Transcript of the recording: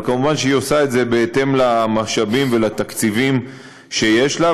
אבל מובן שהיא עושה את זה בהתאם למשאבים ולתקציבים שיש לה.